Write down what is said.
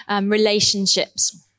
relationships